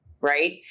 right